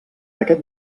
aquest